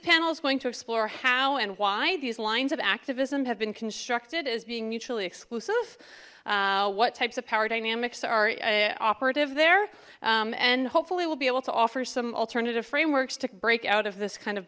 panel is going to explore how and why these lines of activism have been constructed as being mutually exclusive what types of power dynamics are operative there and hopefully we'll be able to offer some alternative frameworks to break out of this kind of